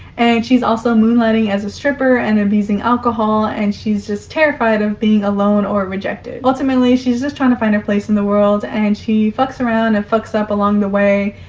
and she's also moonlighting as a stripper and abusing alcohol. and she's just terrified of being alone or rejected. ultimately, she's just trying to find her place in the world, and she fucks around and fucks up along the way,